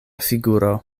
figuro